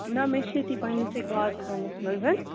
نہ مےٚ چھِ ییٚتی پنٛنِسٕے کارخانَس منٛز